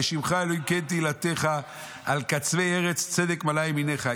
כשמך אלהים כן תהלתך על קצוי ארץ צדק מלאה ימינך.